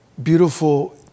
beautiful